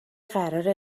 قراره